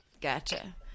Gotcha